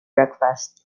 breakfast